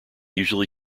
usually